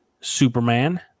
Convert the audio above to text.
Superman